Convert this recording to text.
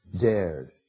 dared